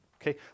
Okay